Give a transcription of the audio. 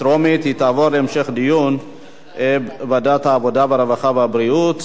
לדיון מוקדם בוועדת העבודה, הרווחה והבריאות